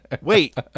Wait